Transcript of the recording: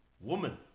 woman